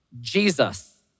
Jesus